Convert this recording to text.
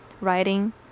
writing